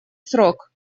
срок